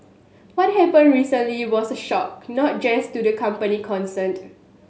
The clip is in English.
what happened recently was a shock not just to the company concerned